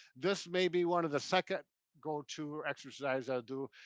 this may be one of the second go-to exercises i'll do.